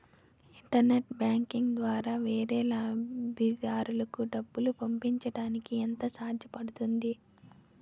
Internet banking ద్వారా వేరే లబ్ధిదారులకు డబ్బులు పంపించటానికి ఎంత ఛార్జ్ పడుతుంది?